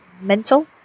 mental